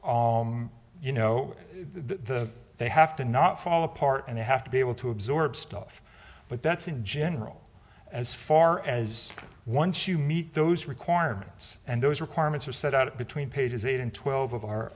you know the they have to not fall apart and they have to be able to absorb stuff but that's in general as far as once you meet those requirements and those requirements are set out between pages eight and twelve of our